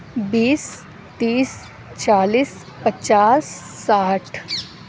بیس تیس چالیس پچاس ساٹھ